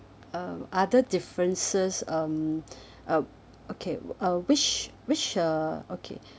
uh other differences um uh okay uh which which uh okay